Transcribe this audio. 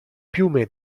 piume